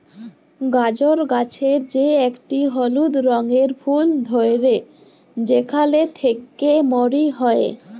গাজর গাছের যে একটি হলুদ রঙের ফুল ধ্যরে সেখালে থেক্যে মরি হ্যয়ে